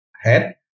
HEAD